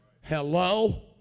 Hello